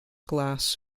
glass